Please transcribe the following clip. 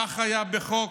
כך היה בחוק